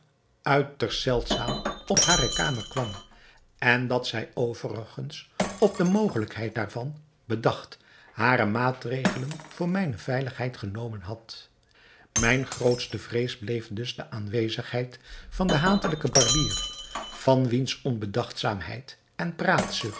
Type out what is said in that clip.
uiterst zeldzaam op hare kamer kwam en dat zij overigens op de mogelijkheid daarvan bedacht hare maatregelen voor mijne veiligheid genomen had mijne grootste vrees bleef dus de aanwezigheid van den hatelijken barbier van wiens onbedachtzaamheid en praatzucht